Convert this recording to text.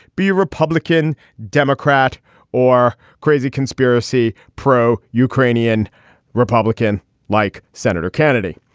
b, republican, democrat or crazy conspiracy pro ukrainian republican like senator kennedy.